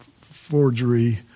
forgery